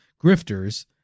grifters